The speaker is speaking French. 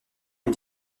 une